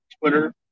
Twitter